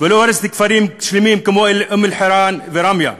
ולא הורסת כפרים שלמים כמו אום-אלחיראן וראמיה.